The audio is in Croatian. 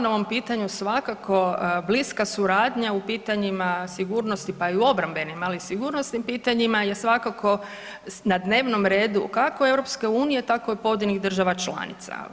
Da, hvala na ovom pitanju, svakako bliska suradnja u pitanjima sigurnosti, pa i u obrambenim, ali i sigurnosnim pitanjima je svakako na dnevnom redu kako EU tako i pojedinih država članica.